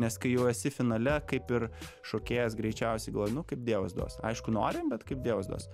nes kai jau esi finale kaip ir šokėjas greičiausiai galvoji nu kaip dievas duos aišku norim bet kaip dievas duos